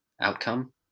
outcome